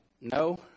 no